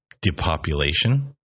depopulation